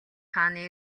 хааны